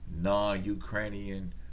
non-Ukrainian